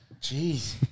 Jeez